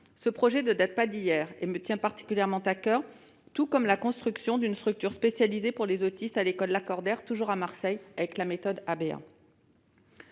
Ce projet ne date pas d'hier et me tient particulièrement à coeur, tout comme la construction d'une structure spécialisée pour autistes à l'école Lacordaire, toujours à Marseille, avec la méthode ABA-